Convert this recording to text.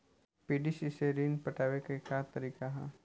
PDC से ऋण पटावे के का तरीका ह?